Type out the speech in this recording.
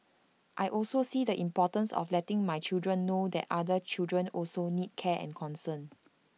I also see the importance of letting my children know that other children also need care and concern